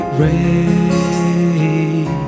rain